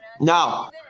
No